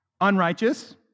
unrighteous